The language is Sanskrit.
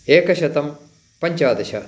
एकशतं पञ्चादश